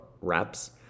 reps